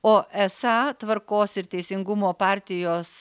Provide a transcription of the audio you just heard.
o esą tvarkos ir teisingumo partijos